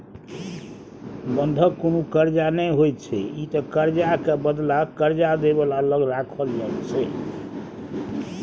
बंधक कुनु कर्जा नै होइत छै ई त कर्जा के बदला कर्जा दे बला लग राखल जाइत छै